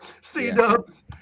c-dubs